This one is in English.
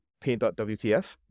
paint.wtf